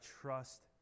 trust